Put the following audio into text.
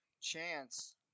chance